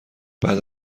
بعد